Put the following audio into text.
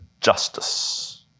justice